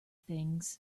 things